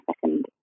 second